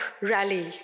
rally